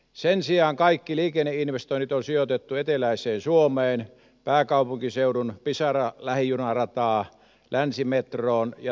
sen sijaan kaikki liikenneinvestoinnit on sijoitettu eteläiseen suomeen pääkaupunkiseudun pisara lähijunarataan länsimetroon ja tampereen raitiovaunuun